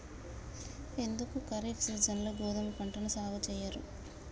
ఎందుకు ఖరీఫ్ సీజన్లో గోధుమ పంటను సాగు చెయ్యరు?